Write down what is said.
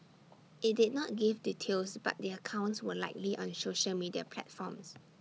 IT did not give details but their accounts were likely on social media platforms